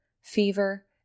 fever